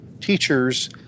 teachers